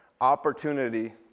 opportunity